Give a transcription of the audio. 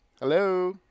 Hello